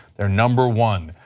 they are number one.